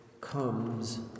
comes